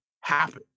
happen